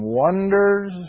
wonders